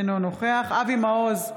אינו נוכח אבי מעוז,